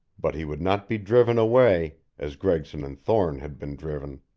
but he would not be driven away, as gregson and thorne had been driven.